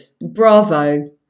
Bravo